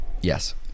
yes